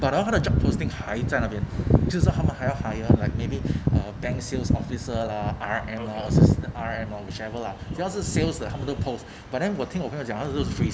but hor 他的 job posting 还在那边就是好吗还要 hire like maybe uh bank sales officer lah R_M orh R_N_M or whichever lah 只要是 sales 的他们都 post but then 我听我跟他讲 freeze so it's a bit contradicting lah